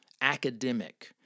Academic